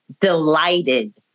delighted